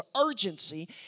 urgency